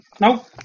No